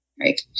right